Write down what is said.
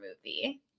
movie